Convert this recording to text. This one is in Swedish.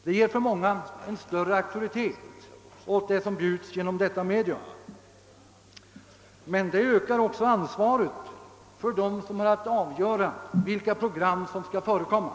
Det ger för många en större auktoritet åt det som bjuds genom dessa media, men det ökar också ansvaret för dem som har att avgöra vilka program som skall förekomma.